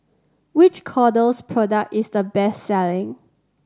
which Kordel's product is the best selling